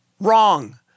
Wrong